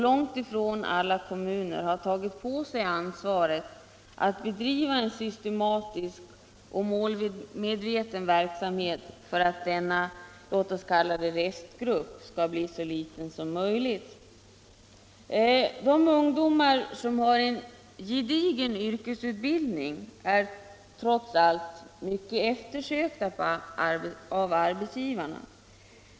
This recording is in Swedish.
Långt ifrån alla kommuner har tagit på sig ansvaret för en systematisk och målmedveten verksamhet för att denna ”restgrupp” skall bli så liten som möjligt. De ungdomar som har en gedigen yrkesutbildning är trots allt mycket eftersökta av arbetsgivarna.